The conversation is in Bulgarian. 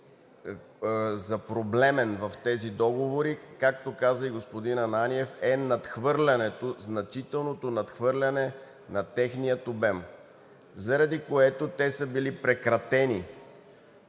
за проблемен в тези договори, както каза господин Ананиев, е надхвърлянето, значителното надхвърляне на техния обем, заради което те са били прекратени.